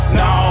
no